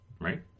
Right